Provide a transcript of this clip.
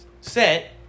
set